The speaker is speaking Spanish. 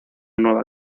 nueva